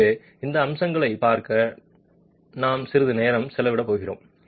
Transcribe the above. எனவே இந்த அம்சங்களைப் பார்க்க நான் சிறிது நேரம் செலவிடப் போகிறேன்